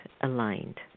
aligned